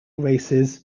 races